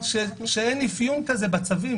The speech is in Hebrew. שאין אפיון כזה בצווים.